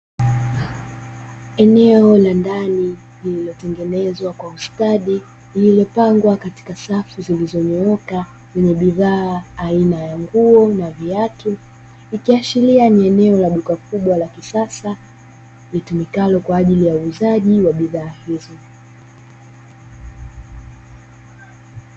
Eneo la ndani lililotengenezwa kwa ustadi limepangwa katika safu zilizonyooka na bidhaa aina ya nguo na viatu vikiashiria ni eneo la dukaa kubwa la kisasa litumikalo kwa ajili ya uuzaji wa bidhaa hizo.